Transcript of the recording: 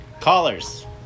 Callers